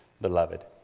beloved